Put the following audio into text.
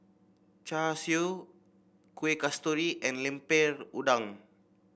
Char Siu Kueh Kasturi and Lemper Udang